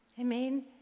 Amen